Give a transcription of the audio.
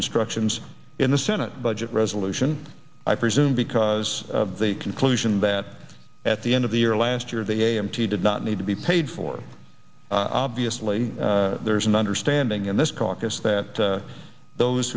instructions in the senate budget resolution i presume because of the conclusion that at the end of the year last year the a m t did not need to be paid for obviously there's an understanding in this caucus that those